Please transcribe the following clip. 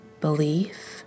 belief